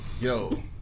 yo